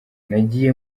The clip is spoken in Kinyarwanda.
nagiye